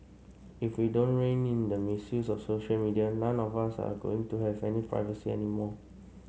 if we don't rein in the misuse of social media none of us are going to have any privacy anymore